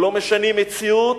לא משנים מציאות,